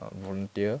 um volunteer